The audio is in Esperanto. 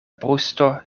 brusto